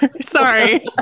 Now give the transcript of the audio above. sorry